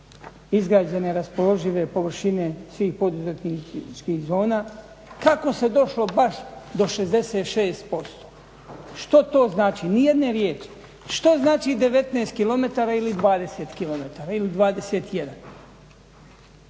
izgrađene raspoložive površine svih poduzetničkih zona, kako se došlo baš do 66%. Što to znači, nijedne riječi. Što znači 19 km ili 20 km ili 21?